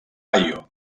ohio